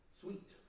sweet